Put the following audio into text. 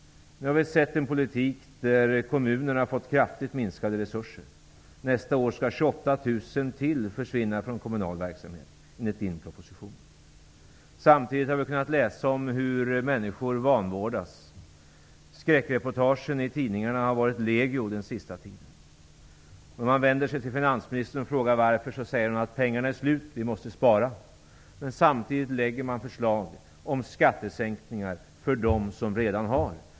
Vi har sett en politik där kommunerna fått kraftigt minskade resurser. Nästa år skall 28 000 människor till försvinna från kommunal verksamhet enligt propositionen. Samtidigt har vi kunnat läsa om hur människor vanvårdas. Skräckreportagen i tidningarna har varit legio den senaste tiden. När man vänder sig till finansministern och frågar varför, säger hon att pengarna är slut och att vi måste spara. Samtidigt lägger man fram förslag om skattesänkningar för dem som redan har.